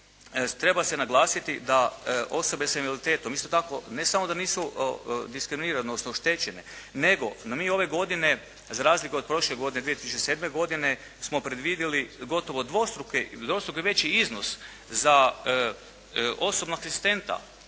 treba se naglasiti da osobe sa invaliditetom ne samo da nisu diskriminirane odnosno oštećene nego da mi ove godine za razliku od prošle godine 2007. smo predvidjeli gotovo dvostruko veći iznos za osobnog asistenta.